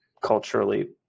culturally